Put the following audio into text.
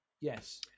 Yes